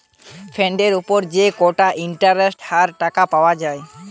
ফান্ডের উপর যদি কোটা ইন্টারেস্টের হার টাকা পাওয়া যায়